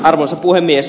arvoisa puhemies